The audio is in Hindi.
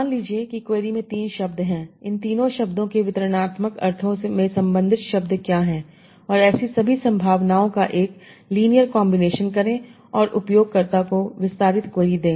मान लीजिए कि क्वेरी में 3 शब्द हैं इन तीनों शब्दों के वितरणात्मक अर्थों में संबंधित शब्द क्या हैं और ऐसी सभी संभावनाओं का एक लिनियर कॉन्बिनेशन करें और उपयोगकर्ता को विस्तारित क्वेरी दें